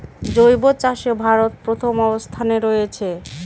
জৈব চাষে ভারত প্রথম অবস্থানে রয়েছে